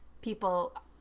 people